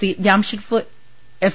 C Jamshedpur F